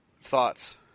thoughts